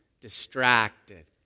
distracted